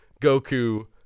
goku